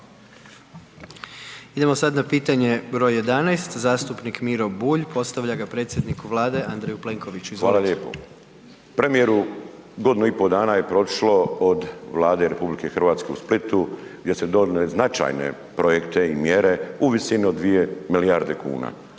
Idemo sad na pitanje br. 11. zastupnik Miro Bulj, postavlja ga predsjedniku Vlade Andreju Plenkoviću, izvolite. **Bulj, Miro (MOST)** Hvala lijepo. Premijeru, godinu i pol dana je proteklo od Vlade RH u Splitu gdje ste donijeli značajne projekte i mjere u visini od 2 milijarde kuna,